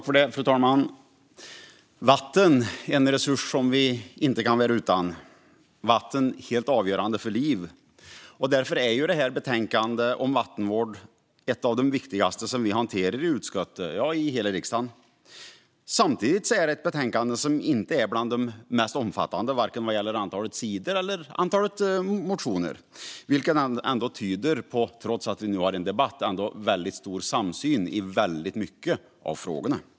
Fru talman! Vatten är en resurs som vi inte kan vara utan. Vatten är helt avgörande för liv. Därför är betänkandet om vattenvård ett av de viktigaste vi hanterar i utskottet, ja i hela riksdagen. Samtidigt är det ett betänkande som inte är bland de mest omfattande vad gäller vare sig antalet sidor eller antalet motioner. Trots att vi nu har en debatt tyder det ändå på en väldigt stor samsyn i många av frågorna.